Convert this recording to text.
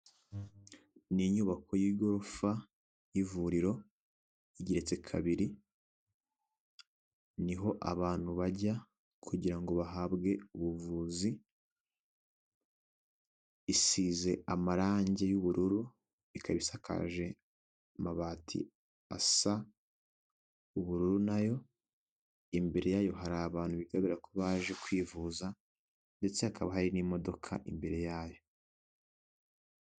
Ni inyubako y'igorofa y'ivuriro igeretse kabiri, niho abantu bajya kugira ngo bahabwe ubuvuzi, isize amarangi y'ubururu, ikaba isakaje amabati asa ubururu nayo, imbere yayo hari abantu bi bitabira ko baje kwivuza ndetse hakaba hari n'imodoka imbere yayo.